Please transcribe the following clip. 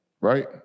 right